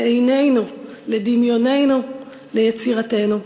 לעינינו, לדמיוננו, ליצירתנו.